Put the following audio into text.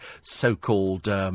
so-called